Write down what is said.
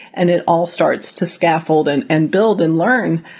and it all starts to scaffold and and build and learn.